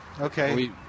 Okay